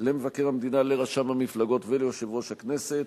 למבקר המדינה, לרשם המפלגות וליושב-ראש הכנסת.